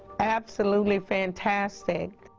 absolutely fantastic.